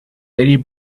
lady